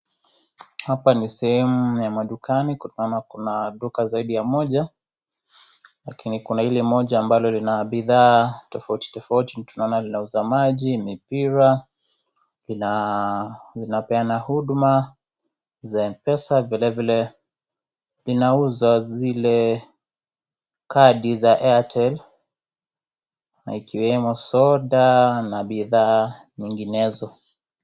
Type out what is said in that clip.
Hapa ni sehemu ya madukani, naona kuna duka zaidi ya moja. Lakini kuna ile ambalo lina bidhaa tofauti tofauti na tunaona linauza maji mipira, linapeana huduma za M-Pesa, vile vile linauza zile kadi za Airtel, na ikiwemo soda na bidhaa zinginezo.